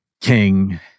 king